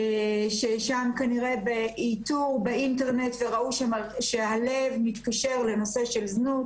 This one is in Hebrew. כנראה באיתור באינטרנט ראו שהלב מתקשר לנושא של זנות